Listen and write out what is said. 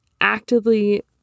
actively